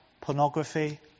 pornography